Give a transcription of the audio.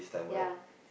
ya